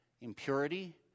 impurity